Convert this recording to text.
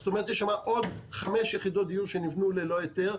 זאת אומרת שיש שם עוד חמש יחידות דיור שנבנו ללא היתר,